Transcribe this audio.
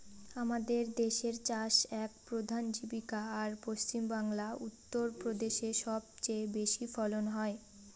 আমাদের দেশের চাষ এক প্রধান জীবিকা, আর পশ্চিমবাংলা, উত্তর প্রদেশে সব চেয়ে বেশি ফলন হয়